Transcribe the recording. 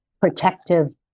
protective